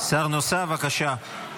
שר נוסף, בבקשה.